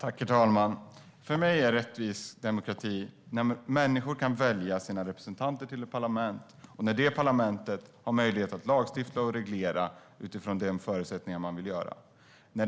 Herr talman! För mig är rättvis demokrati när människor kan välja sina representanter till ett parlament och när detta parlament har möjlighet att lagstifta och reglera utifrån de förutsättningar man vill skapa.